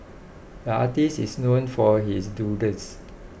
the artist is known for his doodles